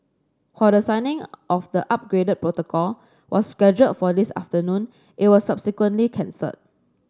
while the signing of the upgraded protocol was scheduled for this afternoon it was subsequently cancelled